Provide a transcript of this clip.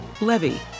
Levy